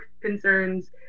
concerns